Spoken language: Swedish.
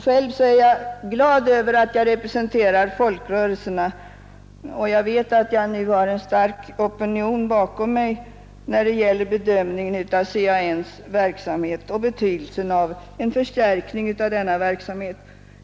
Själv är jag glad över att jag representerar folkrörelserna och vet att jag har en stark opinion bakom mig när det gäller bedömningen av CAN :s verksamhet och betydelsen av en förstärkning av den.